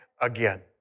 again